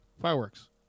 fireworks